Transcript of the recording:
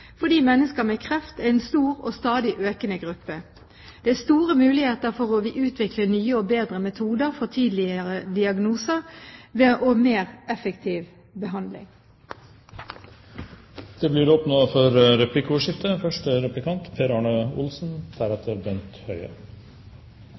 fordi mennesker med kreft er en stor og stadig økende gruppe. Det er store muligheter for å utvikle nye og bedre metoder for tidligere diagnose og mer effektiv behandling. Det blir åpnet for replikkordskifte.